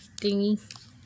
thingy